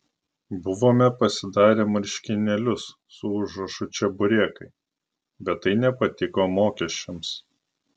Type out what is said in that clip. buvome pasidarę marškinėlius su užrašu čeburekai bet tai nepatiko mokesčiams